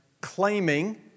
claiming